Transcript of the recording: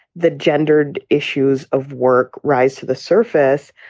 the gendered issues of work rise to the surface.